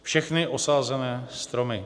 Všechny osázené stromy.